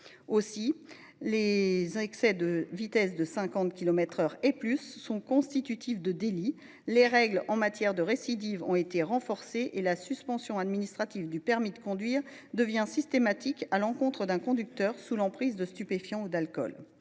Ainsi, les excès de vitesse de 50 kilomètres par heure et plus sont constitutifs de délits ! les règles en matière de récidive ont été renforcées et la suspension administrative du permis de conduire devient systématique à l’encontre d’un conducteur sous l’emprise de stupéfiants ou d’alcool.